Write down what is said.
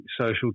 social